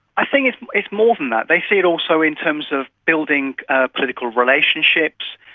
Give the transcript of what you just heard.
i think it's it's more than that. they see it also in terms of building ah political relationships,